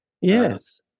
Yes